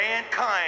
mankind